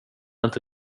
inte